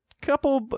couple